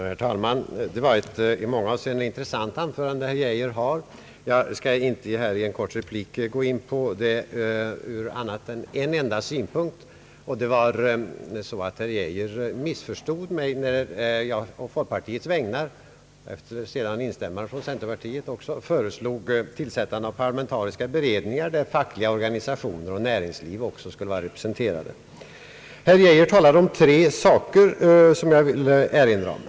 Herr talman! Det var ett i många avseenden intressant anförande som herr Geijer höll. Jag skall inte i en kort replik gå in på det annat än i fråga om en enda synpunkt. Herr Geijer missförstod mig, när jag på folkpartiets vägnar och sedan med instämmande också från centerpartiet föreslog tillsättandet av parlamentariska beredningar, där fackliga organisationer och näringsliv också skulle vara representerade. Herr Geijer talade om tre saker, som jag vill erinra om.